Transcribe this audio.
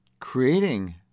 creating